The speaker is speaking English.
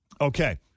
Okay